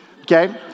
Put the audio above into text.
okay